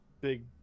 big